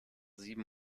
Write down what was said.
sieben